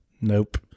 Nope